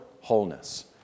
wholeness